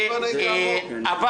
תיכף אתייחס לנורווגיה.